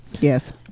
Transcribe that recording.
yes